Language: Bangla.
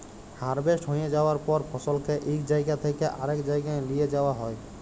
হারভেস্ট হঁয়ে যাউয়ার পর ফসলকে ইক জাইগা থ্যাইকে আরেক জাইগায় লিঁয়ে যাউয়া হ্যয়